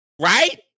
right